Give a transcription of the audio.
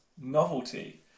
novelty